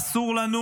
אסור לנו,